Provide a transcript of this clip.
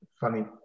funny